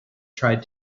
tried